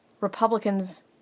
Republicans